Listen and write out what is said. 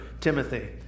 Timothy